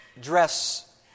dress